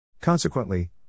Consequently